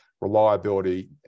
reliability